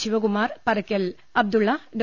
Shivakumar Parakkal Abdulla Dr